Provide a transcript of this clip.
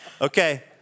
Okay